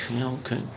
Okay